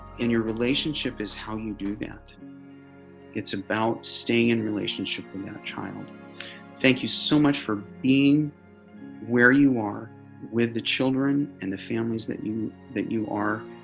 and your relationship is how you do that it's about staying in relationship with our child thank you so much for being where you are with the children and the families that you that you are